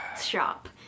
shop